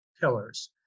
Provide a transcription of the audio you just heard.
pillars